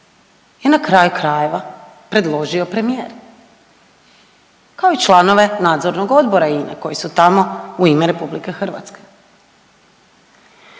je na kraju krajeva predložio premijer, kao i članove nadzornog odbora INA-e koji su tamo u ime RH. Jednako